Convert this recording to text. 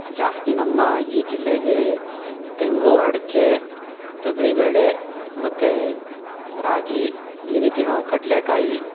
ಜಾಸ್ತಿ ನಮ್ಮ ಈ ಜಿಲ್ಲೆಲಿ ತೆಂಗು ಅಡಿಕೆ ತೊಗರಿಬೇಳೆ ಮತ್ತೆ ರಾಗಿ ಈ ರೀತಿ ನಾವು ಕಡಲೇಕಾಯಿ